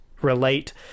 relate